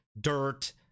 dirt